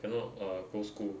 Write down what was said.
cannot uh go school